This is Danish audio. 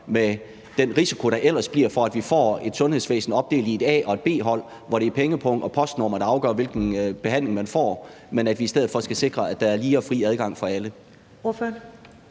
til den risiko, der ellers bliver for, at vi får et sundhedsvæsen opdelt i et A- og et B-hold, hvor det er pengepungen og postnummeret, der afgør, hvilken behandling man får, og at vi i stedet for skal sikre, at der er lige og fri adgang for alle.